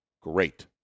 Great